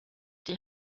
die